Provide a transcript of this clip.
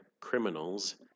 criminals